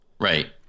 right